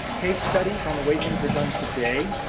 case studies on the way things are done today,